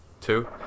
Two